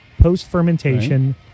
post-fermentation